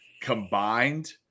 combined